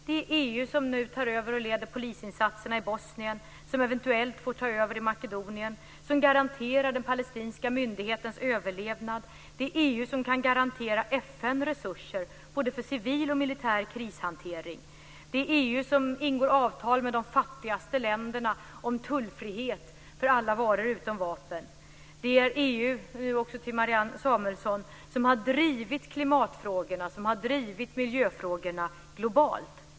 Det är EU som nu tar över och leder polisinsatserna i Bosnien, som eventuellt får ta över i Makedonien och som garanterar den palestinska myndighetens överlevnad. Det är EU som kan garantera FN resurser både för civil och för militär krishantering. Det är EU som ingår avtal med de fattigaste länderna om tullfrihet för alla varor utom vapen. Det är EU - detta säger jag också till Marianne Samuelsson - som har drivit klimatfrågorna och miljöfrågorna globalt.